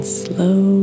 slow